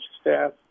staff